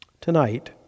Tonight